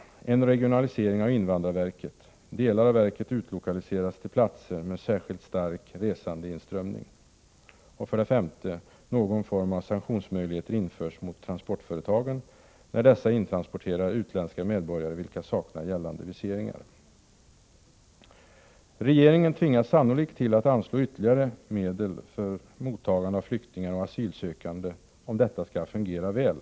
En regionalisering av invandrarverket måste ske. Delar av verket bör utlokaliseras till platser med stark resandeinströmning. 5. Någon form av sanktionsmöjligheter måste införas mot transportföretagen i de fall dessa intransporterar utländska medborgare, vilka saknar gällande viseringar. Regeringen tvingas sannolikt att anslå ytterligare medel för mottagande av flyktingar och asylsökande, om det skall fungera väl.